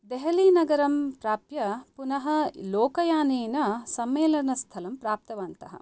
देहलीनगरं प्राप्य पुनः लोकयानेन सम्मेलनस्थलं प्राप्तवन्तः